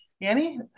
Annie